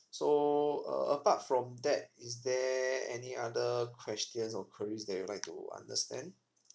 so uh apart from that is there any other question or query that you would like to understand